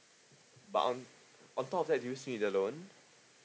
but on on top of that do you still need the loan